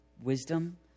wisdom